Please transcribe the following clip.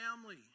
family